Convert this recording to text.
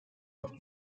but